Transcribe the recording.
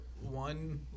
one